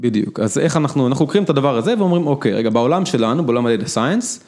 בדיוק, אז איך אנחנו, אנחנו קוראים את הדבר הזה ואומרים אוקיי, רגע בעולם שלנו, בעולם דאטה סייאנס.